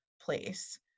place